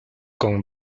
con